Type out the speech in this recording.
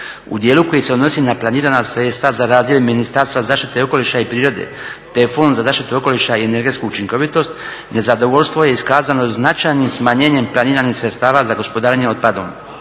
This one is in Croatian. U dijelu koji se odnosi na planirana sredstva za razdjel Ministarstva zaštite okoliša i prirode te Fond za zaštitu okoliša i energetsku učinkovitost, nezadovoljstvo je iskazano značajnim smanjenjem planiranih sredstava za gospodarenje otpadom,